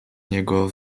niego